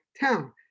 Town